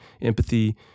empathy